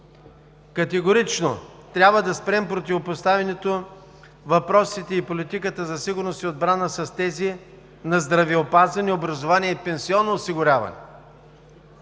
Категорично трябва да спрем противопоставянето на въпросите и политиката за сигурност и отбрана с тези на здравеопазване, образование и пенсионно осигуряване.